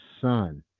son